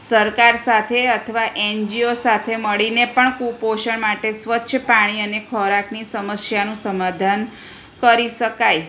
સરકાર સાથે અથવા એનજીઓ સાથે મળીને પણ કુપોષણ માટે સ્વચ્છ પાણી અને ખોરાકની સમસ્યાનું સમાધાન કરી શકાય